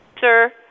Sir